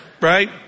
Right